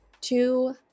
two